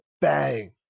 bang